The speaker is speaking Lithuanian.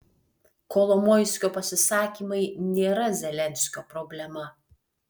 kolomoiskio pasisakymai nėra zelenskio problema